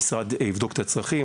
המשרד יבדוק את הצרכים,